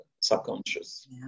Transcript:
subconscious